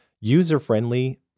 user-friendly